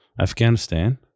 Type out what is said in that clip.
Afghanistan